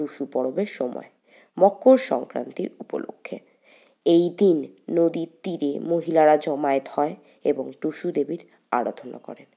টুসু পর্বের সময় মকর সংক্রান্তির উপলক্ষ্যে এই দিন নদীর তীরে মহিলারা জমায়েত হয় এবং টুসু দেবীর আরাধনা করেন